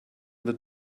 wird